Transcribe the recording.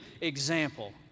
example